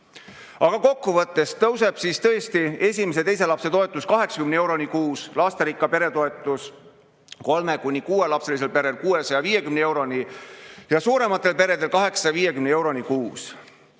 kokku võttes tõuseb esimese ja teise lapse toetus 80 euroni kuus, lasterikka pere toetus kolme- kuni kuuelapselisel perel 650 euroni ja suurematel peredel 850 euroni kuus